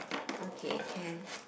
okay can